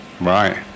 Right